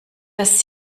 dass